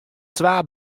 twa